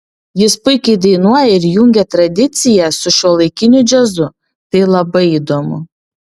jis puikiai dainuoja ir jungia tradiciją su šiuolaikiniu džiazu tai labai įdomu